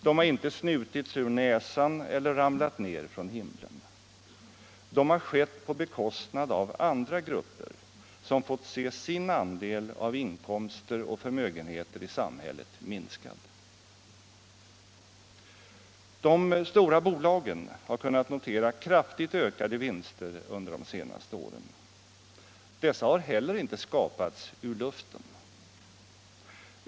De har inte snutits ur näsan eller ramlat ned från himlen. De har skett på bekostnad av att andra grupper fått se sin andel av inkomsterna och förmögenheterna i samhället minskad. De stora bolagen har kunnat notera kraftigt ökade vinster under de senaste åren. Dessa har heller inte skapats ur luften.